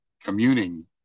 communing